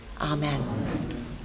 Amen